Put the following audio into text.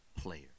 player